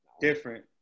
Different